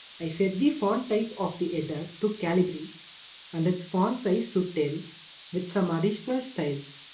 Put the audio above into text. i set the fonttype of the header to calibri and its font size to ten with some additional styles.